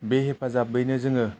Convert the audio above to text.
बे हेफाजाबयैनो जोङो